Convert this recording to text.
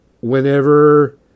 whenever